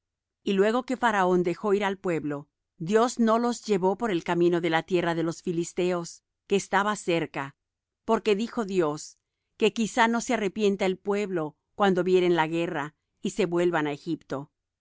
y luego que faraón dejó ir al pueblo dios no los llevó por el camino de la tierra de los filisteos que estaba cerca porque dijo dios que quizá no se arrepienta el pueblo cuando vieren la guerra y se vuelvan á egipto